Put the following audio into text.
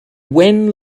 wenn